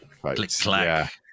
Click-clack